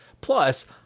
Plus